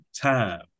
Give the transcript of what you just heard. time